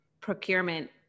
procurement